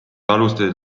alustasid